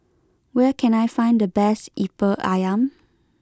where can I find the best Lemper Ayam